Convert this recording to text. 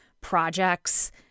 projects